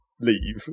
leave